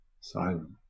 silent